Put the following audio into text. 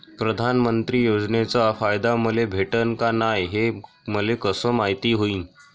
प्रधानमंत्री योजनेचा फायदा मले भेटनं का नाय, हे मले कस मायती होईन?